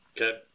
Okay